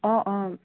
অ অ